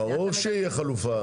ברור שתהיה חלופה.